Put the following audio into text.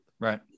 right